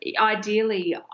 ideally